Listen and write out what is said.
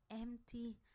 empty